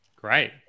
Great